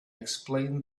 explained